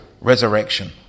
resurrection